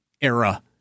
era